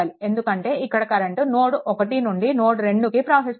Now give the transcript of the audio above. ఎందుకంటే ఇక్కడ current node one నుండి నోడ్ 2 కి ప్రవహిస్తోంది